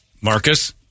Marcus